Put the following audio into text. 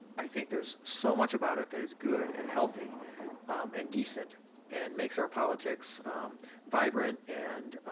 i think there's so much about it that is good and healthy and decent and makes our politics vibrant and